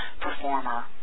performer